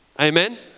Amen